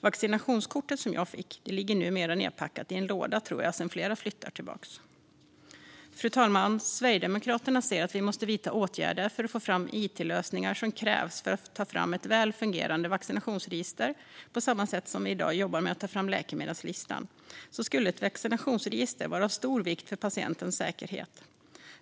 Vaccinationskorten ligger numera nedpackade i någon låda sedan flera flyttar tillbaka. Fru talman! Sverigedemokraterna anser att vi måste vidta åtgärder för att få fram de it-lösningar som krävs för att ta fram ett väl fungerande vaccinationsregister. På samma sätt som vi i dag jobbar med att ta fram läkemedelslistan skulle ett vaccinationsregister vara av stor vikt för patientens säkerhet.